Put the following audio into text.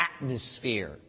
atmosphere